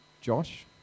Josh